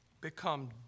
become